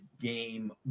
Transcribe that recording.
game